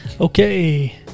Okay